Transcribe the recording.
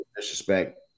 Disrespect